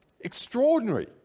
Extraordinary